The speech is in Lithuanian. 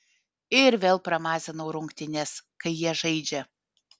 ir vėl pramazinau rungtynes kai jie žaidžia